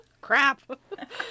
Crap